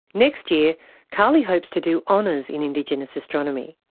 next year karlie hopes to do honours in indigenous astronomy.